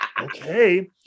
okay